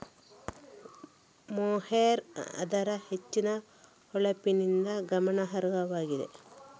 mohair ಅದರ ಹೆಚ್ಚಿನ ಹೊಳಪಿನಿಂದ ಗಮನಾರ್ಹವಾಗಿದೆ